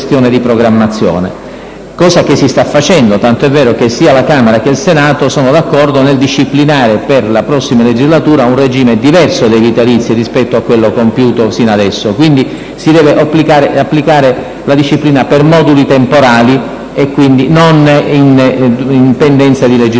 cosa che si sta facendo, tant'è vero che sia la Camera che il Senato sono d'accordo nel disciplinare per la prossima legislatura un regime diverso dei vitalizi rispetto a quello compiuto sinora. Pertanto, si deve applicare la disciplina per moduli temporali e non in pendenza di legislatura.